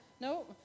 No